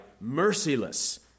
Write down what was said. merciless